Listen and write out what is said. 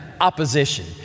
opposition